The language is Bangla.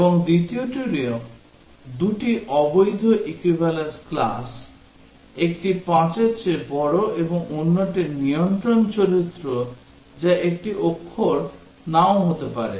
এবং দ্বিতীয়টিরও দুটি অবৈধ equivalence class একটি 5 এর চেয়ে বড় এবং অন্যটি একটি নিয়ন্ত্রণ চরিত্র যা একটি অক্ষর নাও হতে পারে